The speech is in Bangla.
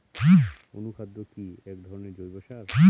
অনুখাদ্য কি এক ধরনের জৈব সার?